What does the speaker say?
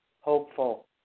hopeful